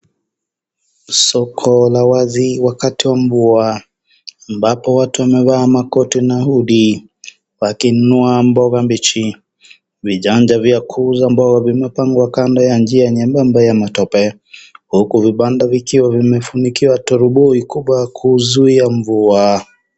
Soko la wazi wakati wa mvua ambapo watu wamevaa makoti na hoodie, wakinunua mboga mbichi. Vijanja vya kuuza mboga vimepangwa kando ya njia ambayo yana matope. Huku vibanda vikiwa vimefunikiwa toroboi baada ya kuuzuia mvua.